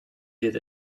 did